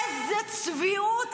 איזו צביעות.